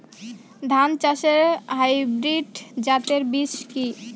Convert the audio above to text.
ধান চাষের হাইব্রিড জাতের বীজ কি?